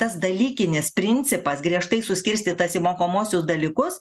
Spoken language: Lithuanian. tas dalykinis principas griežtai suskirstytas į mokomuosius dalykus